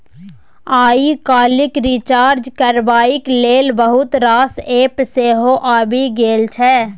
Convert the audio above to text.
आइ काल्हि रिचार्ज करबाक लेल बहुत रास एप्प सेहो आबि गेल छै